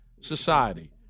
society